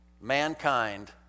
Mankind